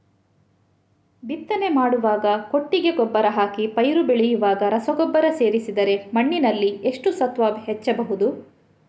ಬಿತ್ತನೆ ಮಾಡುವಾಗ ಕೊಟ್ಟಿಗೆ ಗೊಬ್ಬರ ಹಾಕಿ ಪೈರು ಬೆಳೆಯುವಾಗ ರಸಗೊಬ್ಬರ ಸೇರಿಸಿದರೆ ಮಣ್ಣಿನಲ್ಲಿ ಎಷ್ಟು ಸತ್ವ ಹೆಚ್ಚಬಹುದು?